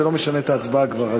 זה לא משנה את ההצבעה כבר,